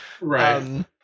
Right